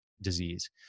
disease